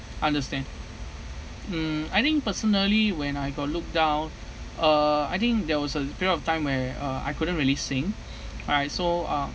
understand mm I think personally when I got look down uh I think there was a period of time where uh I couldn't really sing all right so uh